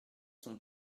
sont